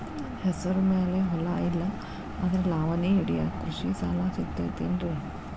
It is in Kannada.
ನನ್ನ ಹೆಸರು ಮ್ಯಾಲೆ ಹೊಲಾ ಇಲ್ಲ ಆದ್ರ ಲಾವಣಿ ಹಿಡಿಯಾಕ್ ಕೃಷಿ ಸಾಲಾ ಸಿಗತೈತಿ ಏನ್ರಿ?